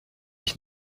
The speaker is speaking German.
ich